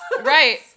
Right